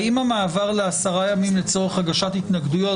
האם המעבר לעשרה ימים לצורך הגשת התנגדויות